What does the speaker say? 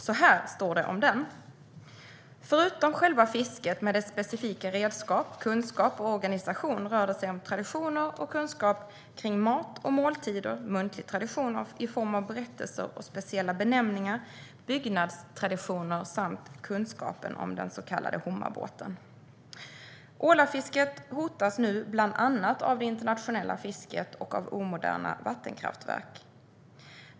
Så här står det om den: "Förutom själva fisket, med dess specifika redskap, kunskap och organisation, rör det sig om traditioner och kunskap kring mat och måltider, muntlig tradition i form av berättelser och speciella benämningar, byggnadstraditioner samt kunskapen om den så kallade hommabåten." Ålafisket hotas nu bland annat av det internationella fisket och omoderna vattenkraftverk.